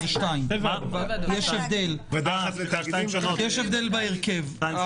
יש הבדל בהרכב בין הוועדות.